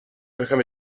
become